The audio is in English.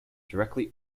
directly